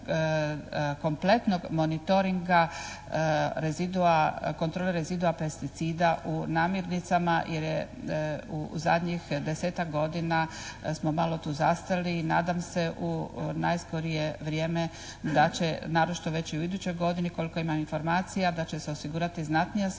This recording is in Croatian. kompletnog monitoringa rezidua, kontrole rezidua pesticida u namirnicama jer je u zadnjih 10-tak godina smo malo tu zastali i nadam se u najskorije vrijeme da će naročito već i u idućoj godini koliko imam informacija da će se osigurati znatnija sredstva